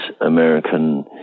American